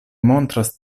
montras